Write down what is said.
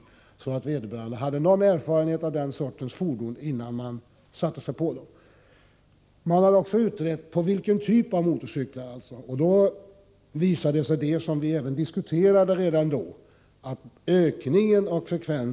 Vederbörande skulle då ha haft åtminstone någon erfarenhet av den här sortens fordon innan han/hon satte sig på motorcykeln för att för första gången köra den. Vidare har man utrett hur det förhåller sig med olika typer av motorcyklar när det gäller inträffade olyckor.